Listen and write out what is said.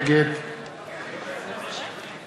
נגד